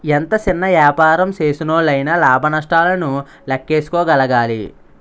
ఎంత సిన్న యాపారం సేసినోల్లయినా లాభ నష్టాలను లేక్కేసుకోగలగాలి